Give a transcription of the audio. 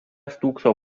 stūkso